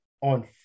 on